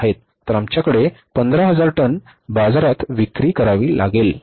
तर आमच्याकडे 15000 टन बाजारात विक्री करावी लागेल